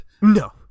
No